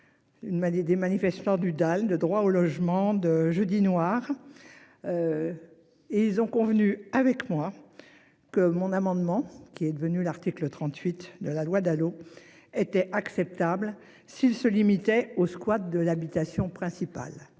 Des manifestants du DAL, le droit au logement de jeudi noir. Et ils ont convenu avec moi que mon amendement qui est devenu l'article 38 de la loi Dalo était acceptable. S'il se limitait au squat de l'habitation principale,